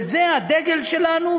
וזה הדגל שלנו,